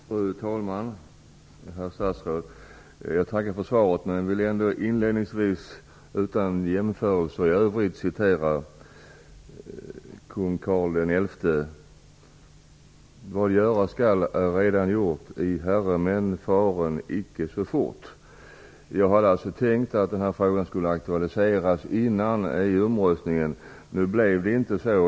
Fru talman! Herr statsråd! Jag tackar för svaret men vill ändå inledningsvis, utan jämförelser i övrigt, citera kung Karl den XI: "I herredagsmän, reser ej så fort! Vad göras skall är allaredan gjort." Jag hade tänkt att denna fråga skulle ha besvarats före EU-omröstningen. Nu blev det inte så.